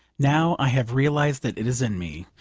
now i have realised that it is in me,